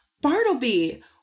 bartleby